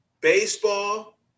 baseball